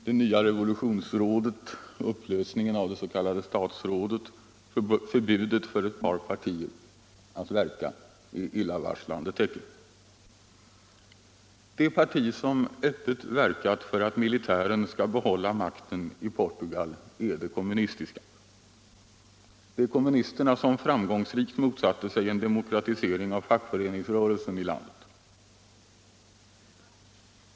Det nya revolu 111 tionsrådet, upplösningen av det s.k. statsrådet och förbudet för ett par partier att verka är illavarslande tecken. Det parti som öppet verkat för att militären skall behålla makten i Portugal är det kommunistiska. Det är kommunisterna som framgångsrikt motsatt sig en demokratisering av fackföreningsrörelsen i landet.